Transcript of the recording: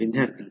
विद्यार्थीV1